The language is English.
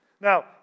Now